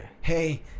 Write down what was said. Hey